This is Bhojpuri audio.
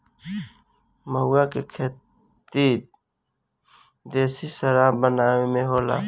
महुवा के खेती देशी शराब बनावे ला होला